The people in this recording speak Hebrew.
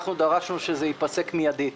אנחנו דרשנו שזה ייפסק מיידית.